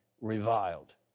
reviled